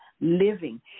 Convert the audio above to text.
living